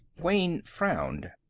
wayne frowned.